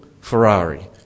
Ferrari